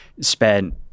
spent